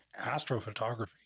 astrophotography